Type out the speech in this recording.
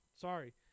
sorry